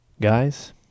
Guys